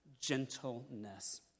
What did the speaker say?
gentleness